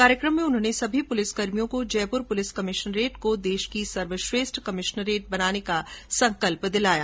कार्यक्रम में उन्होंने सभी पुलिसकर्मियों को जयपुर पुलिस कमिश्नरेट को देश की सर्वश्रेष्ठ कमिश्नरेट बनाने का संकल्प दिलाया